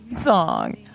song